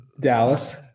Dallas